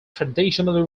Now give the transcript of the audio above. traditionally